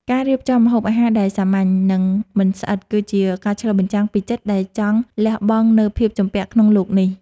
ការរៀបចំម្ហូបអាហារដែលសាមញ្ញ និងមិនស្អិត គឺជាការឆ្លុះបញ្ចាំងពីចិត្តដែលចង់លះបង់នូវភាពជំពាក់ក្នុងលោកនេះ។